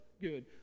Good